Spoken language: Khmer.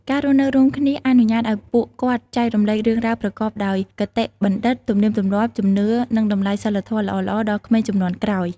ការរស់នៅរួមគ្នាអនុញ្ញាតឲ្យពួកគាត់ចែករំលែករឿងរ៉ាវប្រកបដោយគតិបណ្ឌិត ទំនៀមទម្លាប់ ជំនឿ និងតម្លៃសីលធម៌ល្អៗដល់ក្មេងជំនាន់ក្រោយ។